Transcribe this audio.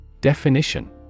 Definition